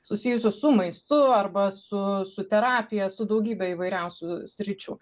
susijusių su maistu arba su su terapija su daugybe įvairiausių sričių